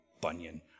Bunyan